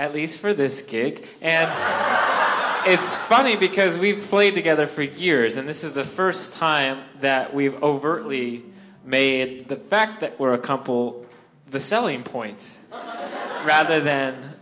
at least for this cake and it's funny because we've played together for years and this is the first time that we've overtly made the fact that we're a company the selling point rather